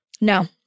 No